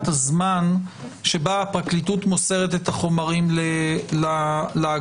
זמן שבה הפרקליטות מוסרת את החומרים להגנה.